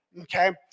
okay